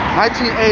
1980